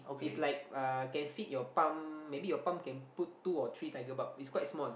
it's like uh can fit your palm maybe your palm can put two or three tiger barb it's quite small